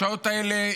בשעות האלה,